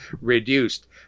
reduced